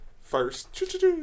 first